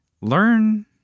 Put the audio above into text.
learn